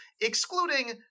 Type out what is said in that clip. excluding